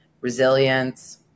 resilience